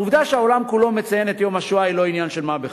העובדה שהעולם כולו מציין את יום השואה היא לא עניין של מה בכך.